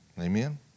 Amen